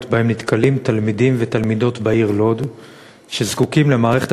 שבהם נתקלים תלמידים ותלמידות בעיר לוד שזקוקים למערכת